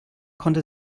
konnte